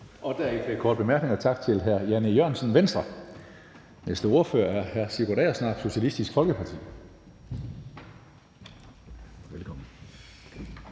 Der er ikke flere korte bemærkninger. Tak til hr. Jan E. Jørgensen, Venstre. Næste ordfører er hr. Sigurd Agersnap, Socialistisk Folkeparti. Velkommen.